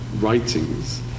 writings